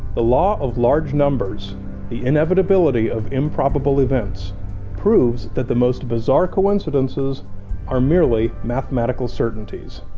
the law of large numbers the inevitability of improbable events proves that the most bizarre coincidences are merely mathematical certainties.